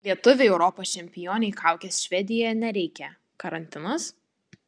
lietuvei europos čempionei kaukės švedijoje nereikia karantinas